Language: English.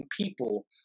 people